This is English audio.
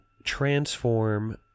transform